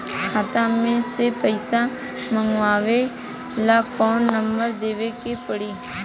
खाता मे से पईसा मँगवावे ला कौन नंबर देवे के पड़ी?